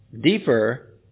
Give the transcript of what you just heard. deeper